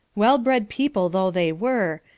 well-bred people though they were,